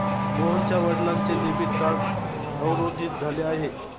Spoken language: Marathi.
मोहनच्या वडिलांचे डेबिट कार्ड अवरोधित झाले आहे